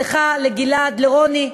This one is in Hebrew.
לך, לגלעד, לרוני,